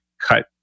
cut